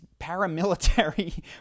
paramilitary